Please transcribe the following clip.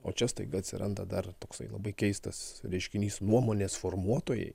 o čia staiga atsiranda dar toksai labai keistas reiškinys nuomonės formuotojai